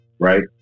Right